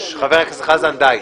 חבר הכנסת חזן, די.